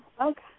Okay